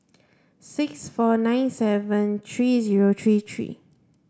six four nine seven three zero three three